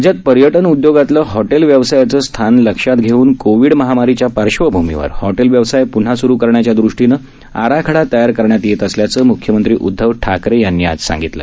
राज्यात पर्यटन उदयोगातलं हॉटेल व्यवसायाचं स्थान लक्षात घेऊन कोविड महामारीच्या पार्श्वभूमीवर हॉटेल व्यवसाय प्न्हा सुरु करण्याच्या दृष्टीने आराखडा तयार करण्यात येत असल्याचं म्ख्यमंत्री उद्धव ठाकरे यांनी आज सांगितलं